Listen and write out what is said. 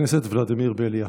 ולדימיר בליאק,